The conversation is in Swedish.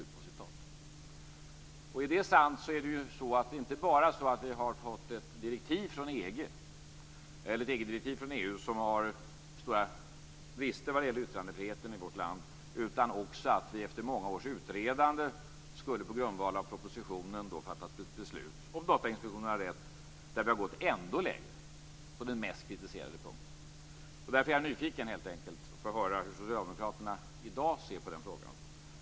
Är det sant är det inte bara så att vi har fått ett EG direktiv från EU som har stora brister vad gäller yttrandefriheten i vårt land. Vi har också efter många års utredande på grundval av propositionen fattat beslut, om Datainspektionen har rätt, där vi har gått ännu längre på den mest kritiserade punkten. Därför är jag helt enkelt nyfiken på att höra hur socialdemokraterna i dag ser på den frågan.